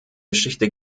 geschichte